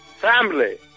Family